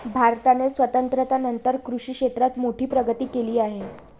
भारताने स्वातंत्र्यानंतर कृषी क्षेत्रात मोठी प्रगती केली आहे